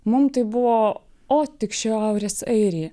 mum tai buvo o tik šiaurės airija